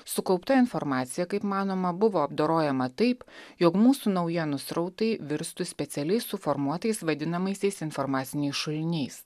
sukaupta informacija kaip manoma buvo apdorojama taip jog mūsų naujienų srautai virstų specialiai suformuotais vadinamaisiais informaciniais šuliniais